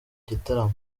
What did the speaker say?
gitaramo